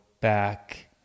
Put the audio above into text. back